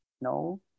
No